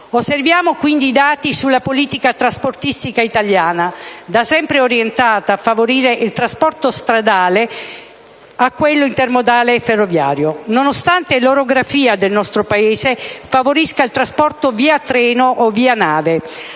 Osserviamo i dati sulla politica trasportistica italiana, da sempre orientata a favorire il trasporto stradale rispetto a quello intermodale e ferroviario. Nonostante l'orografia del nostro Paese favorisca il trasporto via treno o via nave,